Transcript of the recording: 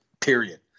period